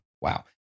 Wow